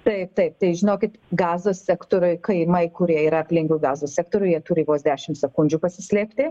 tai taip tai žinokit gazos sektoriuj kaimai kurie yra aplink jau gazos sektorių jie turi vos dešim sekundžių pasislėpti